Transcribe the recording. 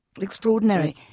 Extraordinary